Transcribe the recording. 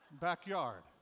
backyard